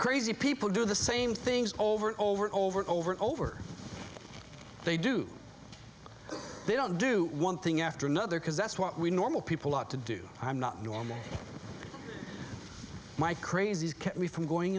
crazy people do the same things over and over over over and over they do they don't do one thing after another because that's what we normal people ought to do i'm not normal my crazy kept me from going